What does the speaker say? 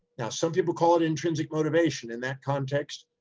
now some people call it intrinsic motivation, in that context,